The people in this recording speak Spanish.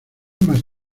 más